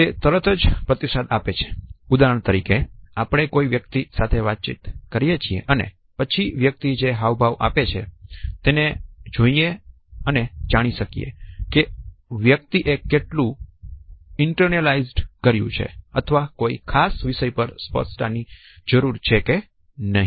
તે તરત જ પ્રતિસાદ આપે છે ઉદાહરણ તરીકે આપણે કોઈ વ્યક્તિ સાથે વાત કરીએ છીએ અને પછી વ્યક્તિ જે હાવભાવ આપે છે તેને જોઈને જાણી શકાય છે કે વ્યક્તિ એ કેટલું ઈન્ટરનાલાયઝડ કર્યું છે અથવા કોઈ ખાસ વિષય પર સ્પષ્ટતા ની જરૂર છે કે નહિ